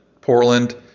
Portland